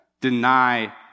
deny